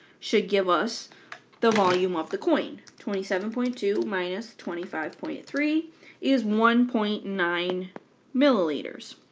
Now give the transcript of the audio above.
should give us the volume of the coin twenty seven point two minus twenty five point three is one point nine milliliters.